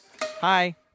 hi